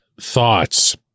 thoughts